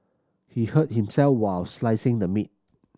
he hurt himself while slicing the meat